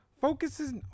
focuses